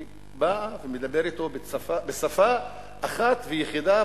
היא באה ומדברת אתו בשפה אחת ויחידה,